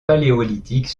paléolithique